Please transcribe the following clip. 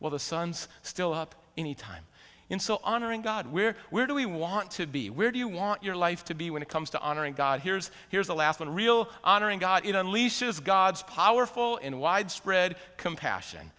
well the sun's still up any time in so honoring god we're where do we want to be where do you want your life to be when it comes to honoring god here's here's the last one real honoring god it unleashes god's powerful in widespread compassion